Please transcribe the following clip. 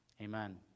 Amen